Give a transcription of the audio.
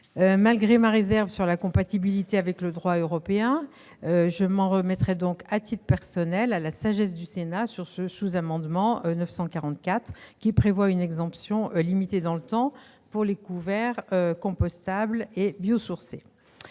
Malgré ma réserve sur la compatibilité avec le droit européen, je m'en remettrai donc à titre personnel à la sagesse du Sénat sur le sous-amendement n° 944 rectifié, qui prévoit une exception limitée dans le temps pour les couverts compostables et constitués